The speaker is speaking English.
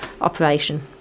operation